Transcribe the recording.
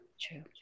true